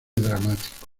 dramático